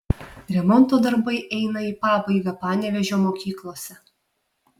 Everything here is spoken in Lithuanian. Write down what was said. remonto darbai eina į pabaigą panevėžio mokyklose